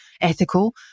ethical